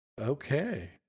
okay